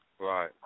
Right